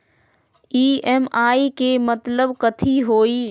EMI के मतलब कथी होई?